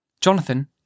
Jonathan